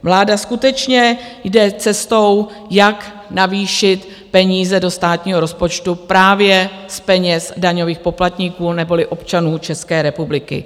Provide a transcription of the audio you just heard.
Vláda skutečně jde cestou, jak navýšit peníze do státního rozpočtu právě z peněz daňových poplatníků neboli občanů České republiky.